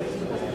התש"ע 2010,